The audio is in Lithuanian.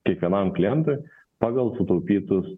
kiekvienam klientui pagal sutaupytus